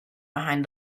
behind